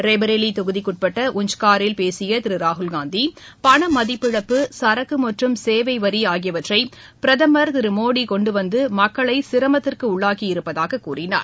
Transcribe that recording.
ரேபரலிதொகுதிக்குட்பட்ட உஞ்சகாரில் பேசியதிருராகுல்னந்தி பணமதிப்பிழப்பு சரக்குமற்றம் சேவைவரிஆகியவற்றைபிரதமர் திருமோடிகொண்டுவந்துமக்களைசிரமத்திற்குள்ளாக்கி இருப்பதாகக் கூறினார்